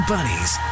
Bunnies